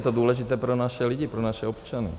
Je to důležité pro naše lidi, pro naše občany.